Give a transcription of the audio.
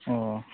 अ